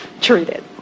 treated